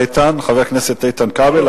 חבר הכנסת איתן כבל,